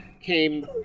came